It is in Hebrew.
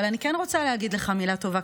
אבל אני כן רוצה להגיד לך מילה טובה,